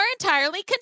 Entirely